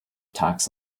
talks